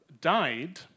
died